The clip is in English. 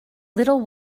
little